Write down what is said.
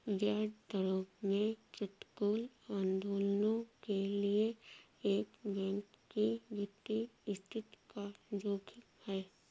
ब्याज दरों में प्रतिकूल आंदोलनों के लिए एक बैंक की वित्तीय स्थिति का जोखिम है